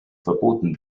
verboten